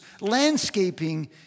landscaping